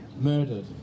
murdered